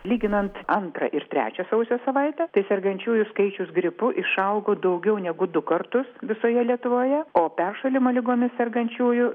lyginant antrą ir trečią sausio savaitę tai sergančiųjų skaičius gripu išaugo daugiau negu du kartus visoje lietuvoje o peršalimo ligomis sergančiųjų